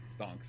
Stonks